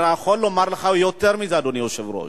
אני יכול לומר לך יותר מזה, אדוני היושב-ראש.